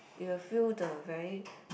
you will feel the very